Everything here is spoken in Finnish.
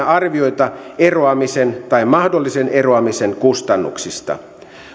arvioita eroamisen tai mahdollisen eroamisen kustannuksista